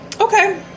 Okay